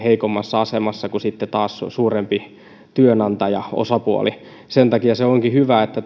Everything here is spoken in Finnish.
heikommassa asemassa kuin sitten taas suurempi työnantajaosapuoli sen takia onkin hyvä että